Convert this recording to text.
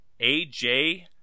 AJ